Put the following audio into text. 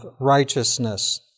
righteousness